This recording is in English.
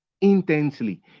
intensely